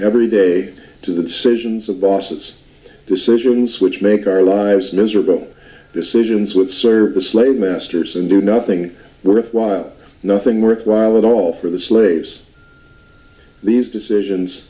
every day to the decisions of bosses decisions which make our lives miserable decisions with serve the slave masters and do nothing worthwhile nothing worthwhile at all for the slaves these decisions